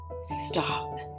stop